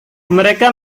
mereka